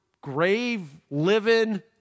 grave-living